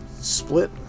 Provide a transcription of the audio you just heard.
split